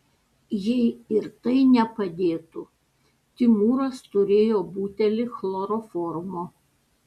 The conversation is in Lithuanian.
jei ir tai nepadėtų timūras turėjo butelį chloroformo